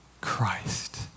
Christ